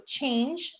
change